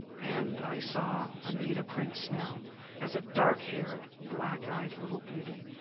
and i saw anita prince now as a dark-haired, black-eyed little beauty,